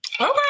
okay